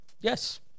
Yes